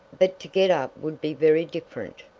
but to get up would be very different.